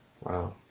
Wow